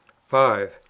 five.